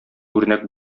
үрнәк